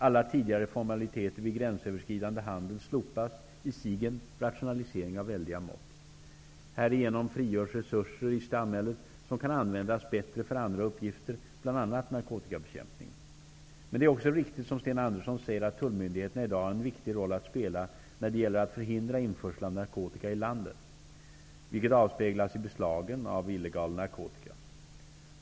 Alla tidigare formaliteter vid gränsöverskridande handel slopas -- i sig en rationalisering av väldiga mått. Härigenom frigörs resurser i samhället som kan användas bättre för andra uppgifter, bl.a. narkotikabekämpning. Men det är också riktigt, som Sten Andersson säger, att tullmyndigheterna i dag har en viktig roll att spela när det gäller att förhindra införsel av narkotika i landet, vilket avspeglas i beslagen av illegal narkotika.